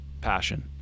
passion